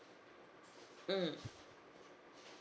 mm